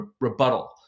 rebuttal